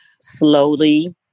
slowly